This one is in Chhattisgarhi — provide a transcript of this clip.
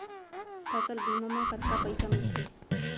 फसल बीमा म कतका पइसा मिलथे?